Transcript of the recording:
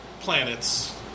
planets